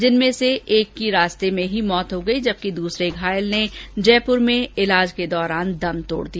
जिनमें से एक की रास्ते में ही मौत हो गई जबकि दूसरे घायल ने जयपुर में इलाज के दौरान दम तोड़ दिया